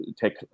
take